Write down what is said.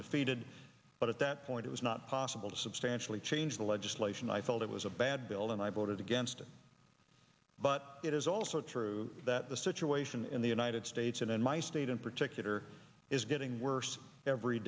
defeated but at that point it was not possible to substantially change the legislation i felt it was a bad bill and i voted against it but it is also true that the situation in the united states and in my state in particular is getting worse every